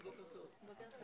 בוקר טוב,